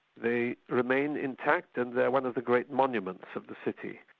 they remain intact and they're one of the great monuments of the city.